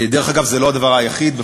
דרך אגב, זה לא הדבר היחיד.